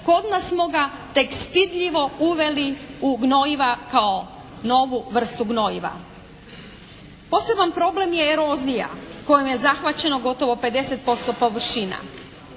Kod nas smo ga tek stidljivo uveli u gnojiva kao novu vrstu gnojiva. Poseban problem je erozija kojom je zahvaćeno gotovo 50% površina.